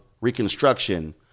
Reconstruction